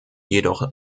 jedoch